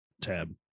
tab